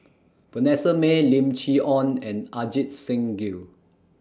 Vanessa Mae Lim Chee Onn and Ajit Singh Gill